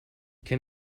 can